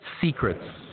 secrets